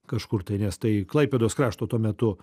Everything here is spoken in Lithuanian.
kažkur tai nes tai klaipėdos krašto tuo metu